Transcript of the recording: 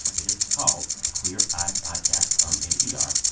it is called queer eye podcast from npr.